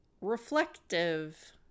reflective